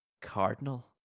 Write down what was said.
Cardinal